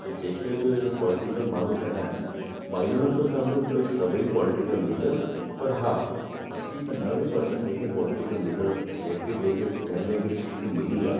जेके बि पॉलिटिकल माण्हू रहिया आहिनि मां इहो नथा चवंदुसि भई सभई पॉलिटिकल लीडर्स पर हा असीं खां नवे पर्सेंट जेकी पोलिटिकल लीडर जेके जेके जंहिं जेकी सीट मिली आहे